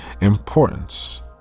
importance